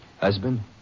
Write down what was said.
Husband